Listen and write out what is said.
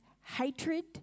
hatred